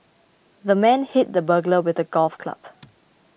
the man hit the burglar with a golf club